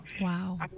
Wow